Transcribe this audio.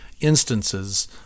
instances